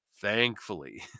Thankfully